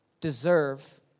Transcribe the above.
deserve